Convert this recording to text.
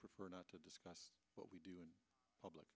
prefer not to discuss what we do public